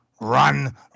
run